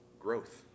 Growth